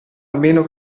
almeno